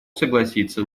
согласиться